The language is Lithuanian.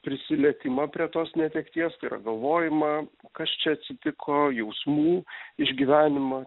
prisilietimą prie tos netekties tai yra galvojimą kas čia atsitiko jausmų išgyvenimą